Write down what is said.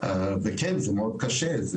וכן זה מאוד קשה,